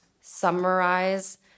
summarize